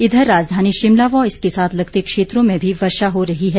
इधर राजधानी शिमला व इसके साथ लगते क्षेत्रों में भी वर्षा हो रही है